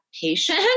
patient